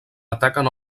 ataquen